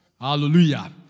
hallelujah